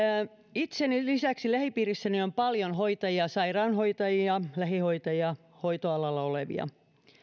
itseni lisäksi lähipiirissäni on paljon hoitajia sairaanhoitajia lähihoitajia hoitoalalla olevia